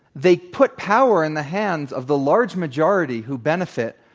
they put power in the hands of the large majority who benefit,